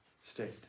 state